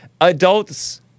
Adults